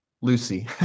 Lucy